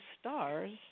stars